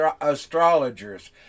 astrologers